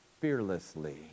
fearlessly